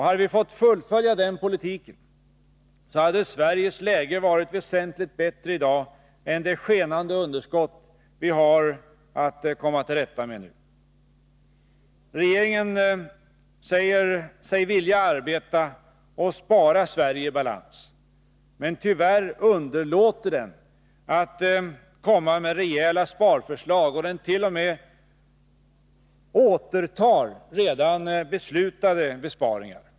Hade vi fått fullfölja den politiken, hade Sveriges läge varit väsentligt bättre i dag än med det skenande underskott vi nu har att komma till rätta med. Regeringen säger sig vilja arbeta och spara Sverige i balans, men tyvärr underlåter den att komma med rejäla sparförslag, och den t.o.m. återtar redan beslutade besparingar.